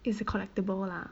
it's a collectible lah